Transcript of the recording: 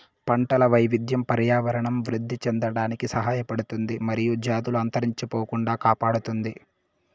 పంటల వైవిధ్యం పర్యావరణం వృద్ధి చెందడానికి సహాయపడుతుంది మరియు జాతులు అంతరించిపోకుండా కాపాడుతుంది